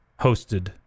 hosted